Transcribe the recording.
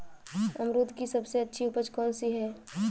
अमरूद की सबसे अच्छी उपज कौन सी है?